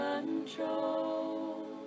control